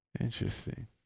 Interesting